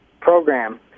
program